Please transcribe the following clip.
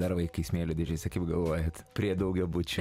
dar vaikai smėlio dėžėse kaip galvojat prie daugiabučio